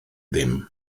ddim